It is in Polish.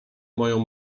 moją